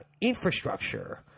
infrastructure